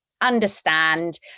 understand